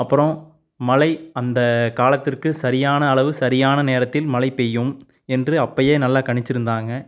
அப்புறம் மழை அந்த காலத்திற்கு சரியான அளவு சரியான நேரத்தில் மழை பெய்யும் என்று அப்பயே நல்லா கணித்திருந்தாங்க